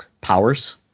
powers